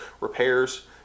repairs